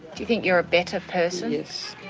you think you're a better person? yes.